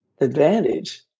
advantage